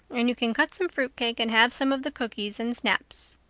and you can cut some fruit cake and have some of the cookies and snaps.